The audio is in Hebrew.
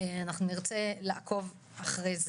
אנחנו נרצה לעקוב אחרי זה.